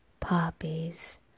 poppies